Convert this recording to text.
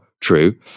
True